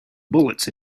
bullets